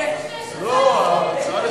כן, אדוני, עד עשר